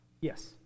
Yes